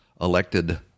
elected